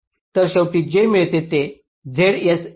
तर शेवटी जे जे मिळेल ते ZSA चे आउटपुट आहे